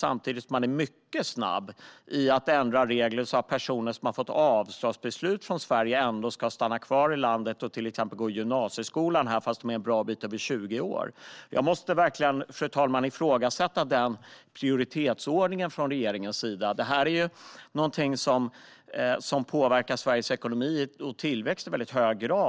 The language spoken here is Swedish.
Samtidigt är man mycket snabb med att ändra regler, så att personer som har fått avslagsbeslut från Sverige ändå ska kunna stanna kvar i landet och till exempel gå i gymnasieskolan här, trots att de är en bra bit över 20 år. Fru talman! Jag måste verkligen ifrågasätta denna prioritetsordning från regeringens sida. Det här är någonting som påverkar Sveriges ekonomi och tillväxt i hög grad.